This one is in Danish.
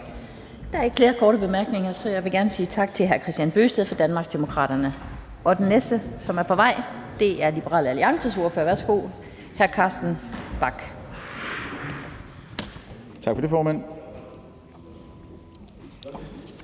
Der er ikke flere korte bemærkninger, så jeg vil gerne sige tak til hr. Kristian Bøgsted fra Danmarksdemokraterne. Den næste, som er på vej, er Liberal Alliances ordfører. Værsgo, hr. Carsten Bach. Kl. 13:08 (Ordfører)